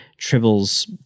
Tribbles